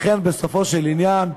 לכן, בסופו של עניין,